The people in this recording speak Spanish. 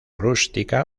rústica